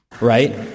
Right